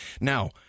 Now